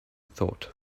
thought